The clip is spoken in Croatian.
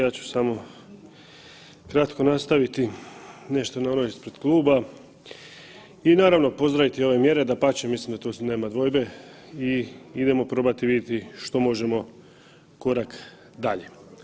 Ja ću samo kratko nastaviti nešto na ono ispred kluba i naravno pozdraviti ove mjere, dapače mislim da tu nema dvojbe i idemo probati vidjeti što možemo korak dalje.